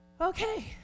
Okay